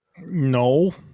No